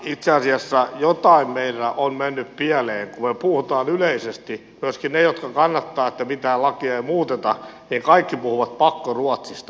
itse asiassa jotain meillä on mennyt pieleen kun me kaikki puhumme yleisesti myöskin ne jotka kannattavat että mitään lakia ei muuteta pakkoruotsista